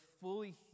fully